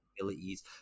abilities